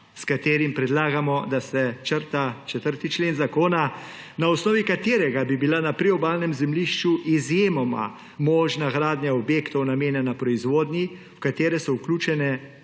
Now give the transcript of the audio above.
s katerim predlagamo, da se črta 4. člen zakona, na osnovi katerega bi bila na priobalnem zemljišču izjemoma možna gradnja objektov, namenjena proizvodnji, v kateri so vključene